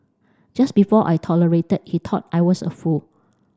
just before I tolerated he thought I was a fool